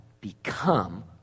become